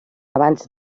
abans